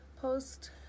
post